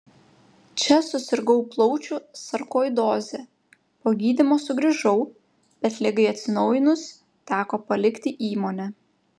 čia susirgau plaučių sarkoidoze po gydymo sugrįžau bet ligai atsinaujinus teko palikti įmonę